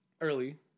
early